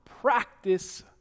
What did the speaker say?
practice